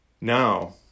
Now